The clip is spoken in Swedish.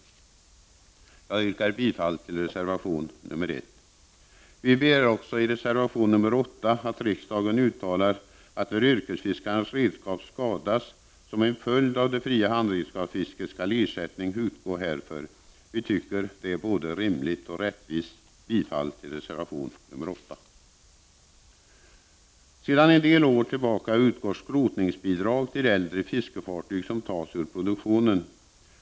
Jag yrkar bifall till reservation 1. Vi begär också i reservation 8 att riksdagen uttalar att när yrkesfiskarnas redskap skadas som en följd av det fria handredskapsfisket, skall ersättning utgå härför. Vi tycker att detta är både rimligt och rättvist. Jag yrkar därmed bifall till reservation 8. Sedan en del år tillbaka utgår skrotningsbidrag till äldre fiskefartyg som tas ur produktionen.